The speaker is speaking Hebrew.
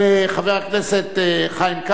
של חבר הכנסת חיים כץ.